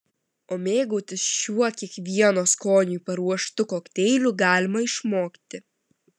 o mėgautis šiuo kiekvieno skoniui paruoštu kokteiliu galima išmokti